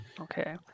Okay